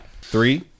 Three